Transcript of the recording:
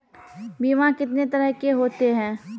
बीमा कितने तरह के होते हैं?